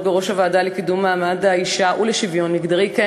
בראש הוועדה לקידום מעמד האישה ולשוויון מגדרי,